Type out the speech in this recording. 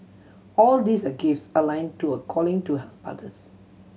all these are gifts align to a calling to help others